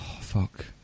fuck